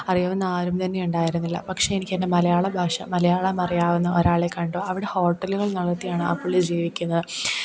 അറിയാവുന്നവർ ആരും തന്നെയുണ്ടായിരുന്നില്ല പക്ഷേ എനിക്കെന്റെ മലയാളഭാഷ മലയാളമറിയാവുന്ന ഒരാളെക്കണ്ടു അവിടെ ഹോട്ടലുകൾ നടത്തിയാണ് ആ പുള്ളി ജീവിക്കുന്നത്